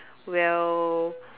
well